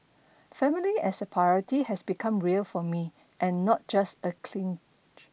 family as a priority has become real for me and not just a clinch